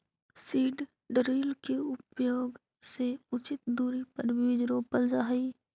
seed drill के उपयोग से उचित दूरी पर बीज रोपल जा हई